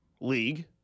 League